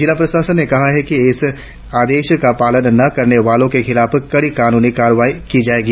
जिला प्रशासन ने कहा है कि इस आदेश का पालन न करने वालों के खिलाफ कड़ी कानूनी कार्र आई की त्जाग्गी